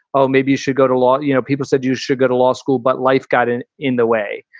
oh, maybe you should go to law. you know, people said you should go to law school. but life got in in the way.